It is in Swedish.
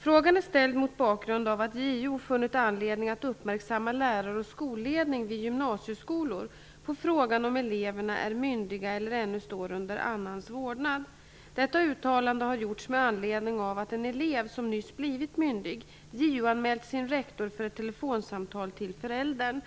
Frågan är ställd mot bakgrund av att JO funnit anledning att uppmärksamma lärare och skolledning vid gymnasieskolor på frågan om eleverna är myndiga eller ännu står under annans vårdnad. Detta uttalande har gjorts med anledning av att en elev, som nyss blivit myndig, JO-anmält sin rektor för ett telefonsamtal till föräldern.